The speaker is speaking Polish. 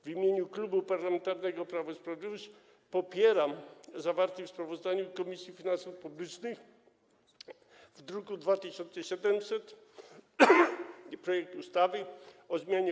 W imieniu Klubu Parlamentarnego Prawo i Sprawiedliwość popieram zawarty w sprawozdaniu Komisji Finansów Publicznych, druk nr 2700, projekt ustawy o zmianie